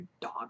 dog